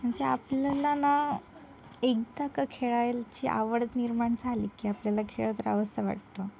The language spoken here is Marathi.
म्हणजे आपल्याला ना एकदा का खेळायची आवड निर्माण झाली की आपल्याला खेळत रहावसं वाटतं